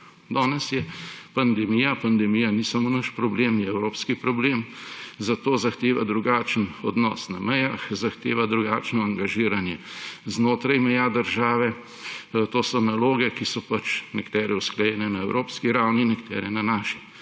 Danes je pandemija, pandemija ni samo naš problem, je evropski problem, zato zahteva drugačen odnos na mejah, zahteva drugačno angažiranje znotraj meja države, to so naloge, ki so nekatere usklajene na evropski ravni, nekatere na naši.